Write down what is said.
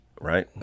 right